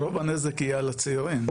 רוב הנזק יהיה על הצעירים,